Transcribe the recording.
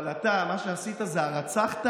אבל אתה, מה שעשית, זה הרצחת